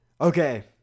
Okay